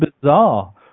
bizarre